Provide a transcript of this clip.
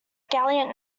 gallant